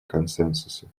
консенсуса